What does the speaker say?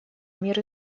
мир